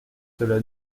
cela